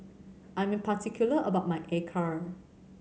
I'm particular about my acar